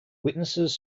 witnesses